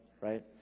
right